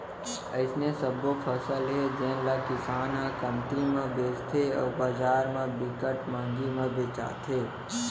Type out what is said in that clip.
अइसने सबो फसल हे जेन ल किसान ह कमती म बेचथे अउ बजार म बिकट मंहगी म बेचाथे